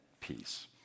peace